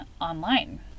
online